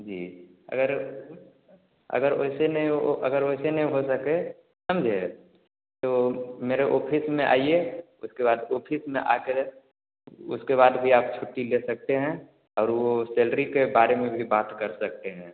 जी अगर अगर ऐसे नहीं हो वह अगर वैसे नहीं हो सके समझे तो मेरे ऑफ़िस में आइए उसके बाद ऑफ़िस में आ कर उसके बाद भी आप छुट्टी ले सकते हैं और वह सैलरी के बारे में भी बात कर सकते हैं